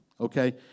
Okay